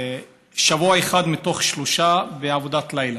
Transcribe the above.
שבוע אחד מתוך שלושה בעבודת לילה,